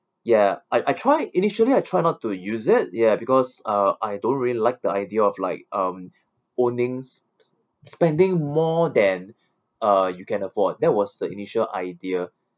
ya I I tried initially I try not to use it ya because uh I don't really like the idea of like um owing s~ s~ spending more than uh you can afford that was the initial idea